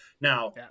now